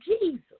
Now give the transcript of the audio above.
Jesus